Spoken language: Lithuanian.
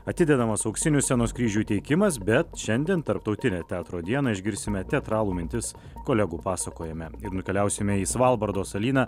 atidedamas auksinių scenos kryžių įteikimas bet šiandien tarptautinę teatro dieną išgirsime teatralų mintis kolegų pasakojime ir nukeliausime į svalbardo salyną